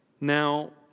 Now